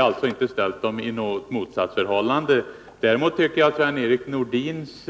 Däremot tycker jag att Sven-Erik Nordins